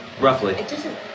roughly